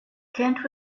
kent